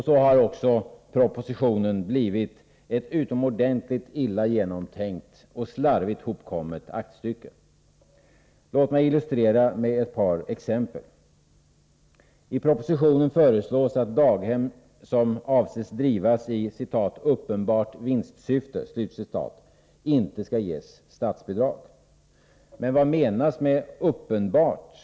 Så har också propositionen blivit ett utomordentligt illa genomtänkt och slarvigt hopkommet aktstycke. Låt mig illustrera med ett par exempel. I propositionen föreslås, att daghem som avses drivas i ”uppenbart vinstsyfte” inte skall ges statsbidrag. Men vad menas med uppenbart?